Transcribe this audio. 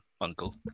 Uncle